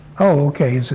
ok.